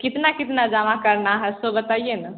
कितना कितना जमा करना है सो बताइए न